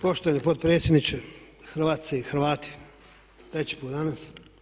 Poštovani potpredsjedniče, Hrvatice i Hrvati, treći put danas.